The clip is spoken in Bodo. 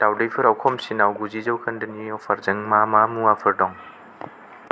दाउदैफोराव खमसिनाव गुजि जौखोन्दो नि अफारजों मा मा मुवाफोर दं